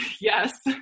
yes